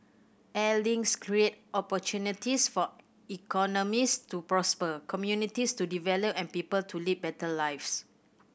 air links create opportunities for economies to prosper communities to develop and people to lead better lives